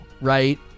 right